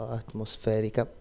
atmosferica